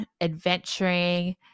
adventuring